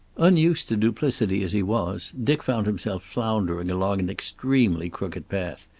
unused to duplicity as he was, dick found himself floundering along an extremely crooked path.